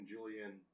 Julian